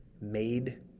made